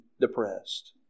depressed